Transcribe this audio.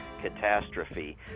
Catastrophe